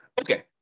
Okay